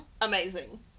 Amazing